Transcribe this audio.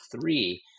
three